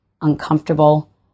Uncomfortable